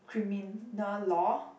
criminal law